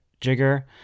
Jigger